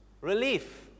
Relief